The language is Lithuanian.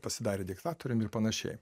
pasidarė diktatorium ir panašiai